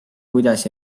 kuidas